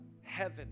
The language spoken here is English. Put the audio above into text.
heaven